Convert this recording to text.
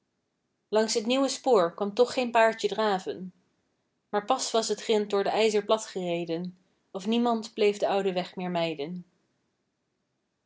langs t nieuwe spoor kwam toch geen paardje draven maar pas was t grint door t ijzer platgereden of niemand bleef den ouden weg meer mijden